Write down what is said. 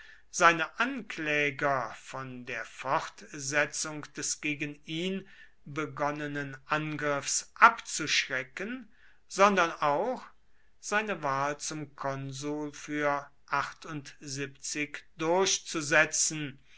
seine ankläger von der fortsetzung des gegen ihn begonnenen angriffs abzuschrecken sondern auch seine wahl zum konsul für durchzusetzen